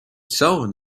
saun